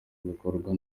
bikorwa